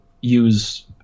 use